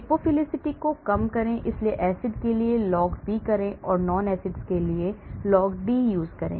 lipophilicity को कम करें इसलिए एसिड के लिए log P करें और nonacids के लिए log D करें